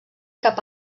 cap